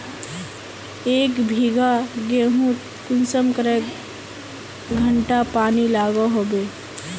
एक बिगहा गेँहूत कुंसम करे घंटा पानी लागोहो होबे?